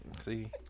see